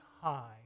high